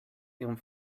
ihrem